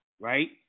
Right